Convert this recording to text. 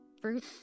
Fruit